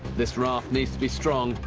this raft needs to be strong,